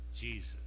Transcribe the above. Jesus